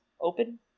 open